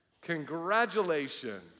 Congratulations